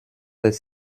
des